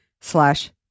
slash